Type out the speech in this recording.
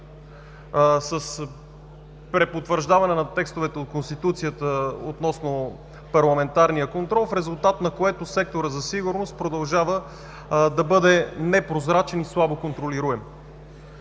с препотвърждаване на текстовете от Конституцията относно парламентарния контрол, в резултат на което секторът за сигурност продължава да бъде непрозрачен и слабо контролируем.